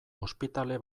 ospitale